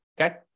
okay